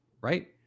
right